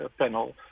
panel